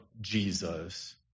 Jesus